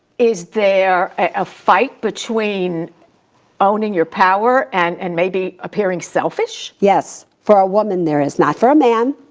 is there a fight between owning your power, and and maybe appearing selfish? yes. for a woman there is. not for a man.